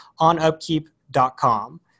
onupkeep.com